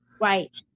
Right